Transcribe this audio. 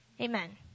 Amen